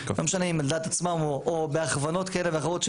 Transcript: לא משנה עם על דעת עצמם או בהכוונות כאלה ואחרות,